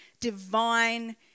divine